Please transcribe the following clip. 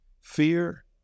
Fear